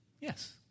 Yes